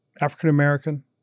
African-American